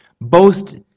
Boast